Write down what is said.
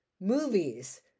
movies